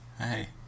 Hey